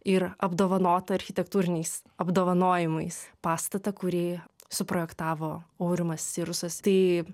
ir apdovanotą architektūriniais apdovanojimais pastatą kurį suprojektavo aurimas sirusas tai